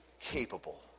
Capable